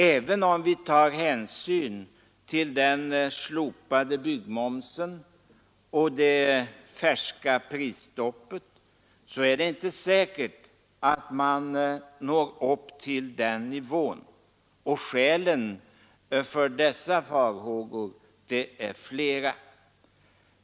Även om vi tar hänsyn till den slopade byggmomsen och det färska prisstoppet, är det inte säkert att man når upp till den nivån. Skälen för dessa farhågor är flera.